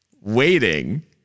waiting